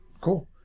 Cool